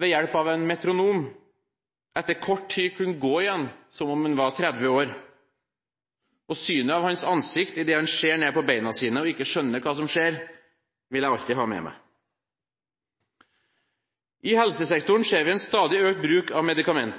ved hjelp av en metronom etter kort tid kunne gå igjen som om han var 30 år. Synet av hans ansikt idet han ser ned på bena sine og ikke skjønner hva som skjer, vil jeg alltid ha med meg. I helsesektoren ser vi en